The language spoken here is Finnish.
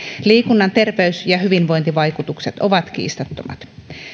liikunnan terveys ja hyvinvointivaikutukset ovat kiistattomat